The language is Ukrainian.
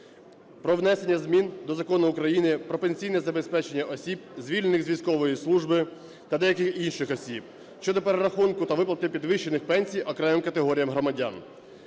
про внесення змін до Закону України "Про пенсійне забезпечення осіб, звільнених з військової служби, та деяких інших осіб" щодо перерахунку та виплати підвищених пенсій окремим категоріям громадян.